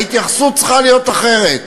ההתייחסות צריכה להיות אחרת,